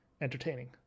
entertaining